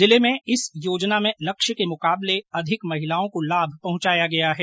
जिले में इस योजना में लक्ष्य के मुकाबले अधिक महिलाओं को लाभ पहुंचाया गया है